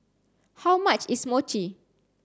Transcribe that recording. how much is Mochi